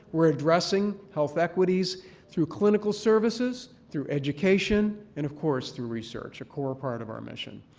we're addressing health equities through clinical services, through education, and, of course, through research, a core part of our mission.